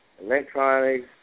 electronics